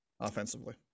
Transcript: offensively